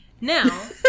Now